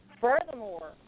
Furthermore